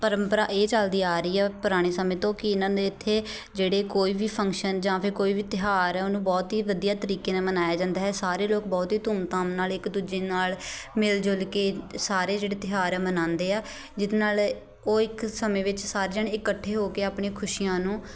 ਪਰੰਪਰਾ ਇਹ ਚੱਲਦੀ ਆ ਰਹੀ ਹੈ ਪੁਰਾਣੇ ਸਮੇਂ ਤੋਂ ਕਿ ਇਹਨਾਂ ਦੇ ਇੱਥੇ ਜਿਹੜੇ ਕੋਈ ਵੀ ਫੰਕਸ਼ਨ ਜਾਂ ਫਿਰ ਕੋਈ ਵੀ ਤਿਉਹਾਰ ਹੈ ਉਹਨੂੰ ਬਹੁਤ ਹੀ ਵਧੀਆ ਤਰੀਕੇ ਨਾਲ ਮਨਾਇਆ ਜਾਂਦਾ ਹੈ ਸਾਰੇ ਲੋਕ ਬਹੁਤ ਹੀ ਧੂਮ ਧਾਮ ਨਾਲ ਇੱਕ ਦੂਜੇ ਨਾਲ ਮਿਲਜੁਲ ਕੇ ਸਾਰੇ ਜਿਹੜੇ ਤਿਉਹਾਰ ਆ ਮਨਾਉਂਦੇ ਆ ਜਿਹਦੇ ਨਾਲ ਉਹ ਇੱਕ ਸਮੇਂ ਵਿੱਚ ਸਾਰੇ ਜਾਣੇ ਇਕੱਠੇ ਹੋ ਕੇ ਆਪਣੀਆਂ ਖੁਸ਼ੀਆਂ ਨੂੰ